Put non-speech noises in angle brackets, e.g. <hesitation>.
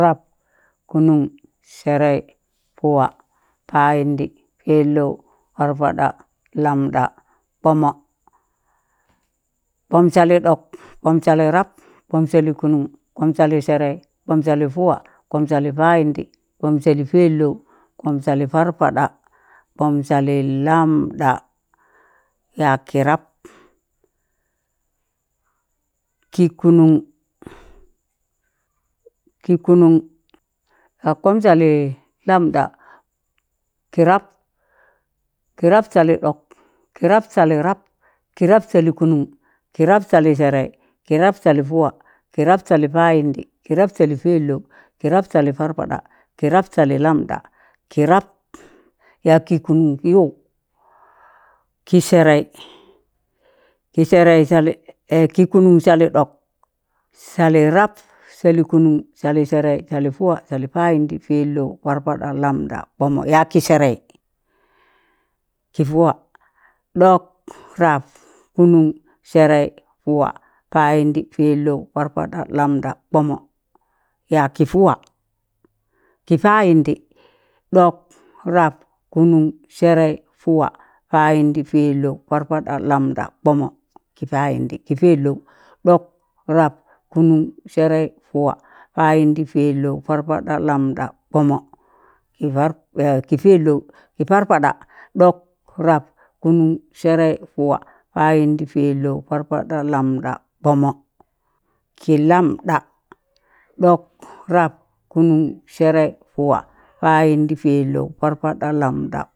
Rab, kụnụn, sẹrẹị, pụwa, paịndị, pẹlọụ, parpada, lambda, kpọmọ, kpọm salị ɗọk, kpọm salị rab, kpọm salị sẹrẹị, kpọm salị pụwa, kpọm salị payịndị, kpọm salị pẹlọụ, kpọm salị parpada, kpọm salị lamda yaag kịrab. kị kụnụn, kị kụnụn yaag kpọm salị lambda kịrab, kịrab salị ɗọk, kịrab salị rab, kịrab salị kụnụn, kịrab salị sẹrẹị, kịrab salị pụwa, kịrab salị payịndị, kwab salị pẹlọn, kịrab salị parpaɗa, kịrab salị lambɗa, kịrab yaag kị kụnụn yụụ, kịsẹrẹị, kịsẹrẹị salị <hesitation> kịkụnụn salị dọk, salị rab, salị kụnụn, salị sẹrẹị, salị pụwa, salị payịndị, pẹlọụ, parpaɗa lambɗa, kpọmọ, yaag kị sẹrẹị, kị pụwa, ɗọk rab, kụnụn, sẹrẹị, pụwa, payịndị pẹlọụ, parpaɗa, lambɗa, kpọmọ yaag kị sẹrẹị kị pụwa, ɗọk rab, kụnụn, sẹrẹị pụwọ payịndị, pẹlọụ, parpaɗa, lambɗa, kpọmọ, yaag kị pụwa, kị payịndị, ɗọk, rab, kụnụn, sẹrẹị, pụwa, payịndị, pẹlọụ parpaɗa, lambɗa, kpọmọ, kị payịndị kị pẹlọụ, dọk rab, kụnụn, sẹrẹị, pụwa, payịndị, pẹlọụ, parpada, lambda, kpọmọ, kị parp kị pẹlọụ kị parpada, dọk rab, kụnụn sẹrẹị pụwa, payịndị, pẹlọụ, parpada lambda kpọmọ, kị lambɗa ɗọk, rab, kụnụn, sẹrẹị, pụwa, payịndị pẹlọụ, parpaɗa, lambɗa,